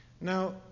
Now